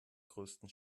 größten